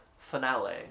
Finale